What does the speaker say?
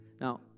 Now